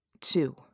two